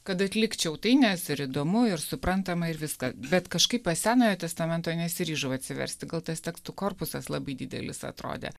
kad atlikčiau tai nes ir įdomu ir suprantama ir viską bet kažkaip va senojo testamento nesiryžau atsiversti gal tas tekstų korpusas labai didelis atrodė